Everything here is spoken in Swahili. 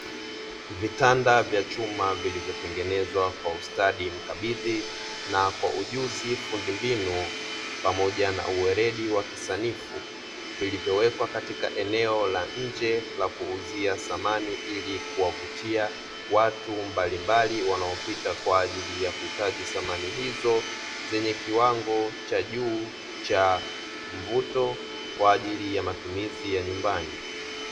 Vitanda vya chuma vilivyotengenezwa kwa ustadi mkabidhi na kwa ujuzi fundi mbinu pamoja na uweredi sanifu vilivyowekwa katika eneo la nje la kuuzia samani ili kuwavutia watu mbalimbali wanaopita kwa ajili ya kuhitaji samani hizo, zenye kiwango cha juu cha mvuto kwa ajili ya matumizi ya nyumbani.